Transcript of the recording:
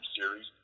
series